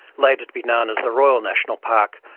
later to be known as the royal national park.